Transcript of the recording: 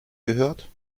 gehört